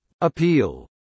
Appeal